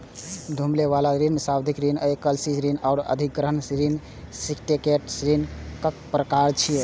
घुमै बला ऋण, सावधि ऋण, एल.सी ऋण आ अधिग्रहण ऋण सिंडिकेट ऋणक प्रकार छियै